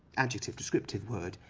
adjective, descriptive word,